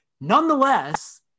Nonetheless